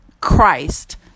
Christ